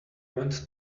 went